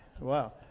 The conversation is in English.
Wow